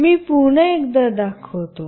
मी पुन्हा एकदा दाखवतो